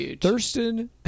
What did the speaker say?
Thurston